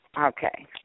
Okay